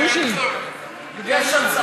בוז'י, בגלל מה?